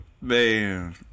man